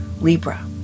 Libra